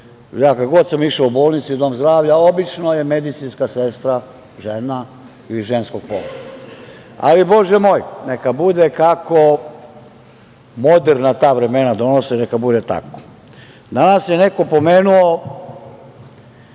kada god sam išao u bolnicu ili dom zdravlja obično je medicinska sestra žena ili ženskog pola. Ali, bože moj, neka bude kako moderna vremena donose, neka bude tako. Danas je neko pomenuo